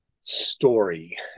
story